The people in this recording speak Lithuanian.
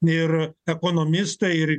ir ekonomistai ir